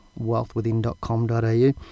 wealthwithin.com.au